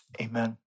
Amen